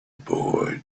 boy